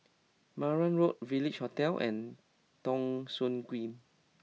Marang Road Village Hotel and Thong Soon Green